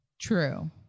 True